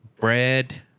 Bread